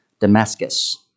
Damascus